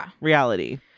reality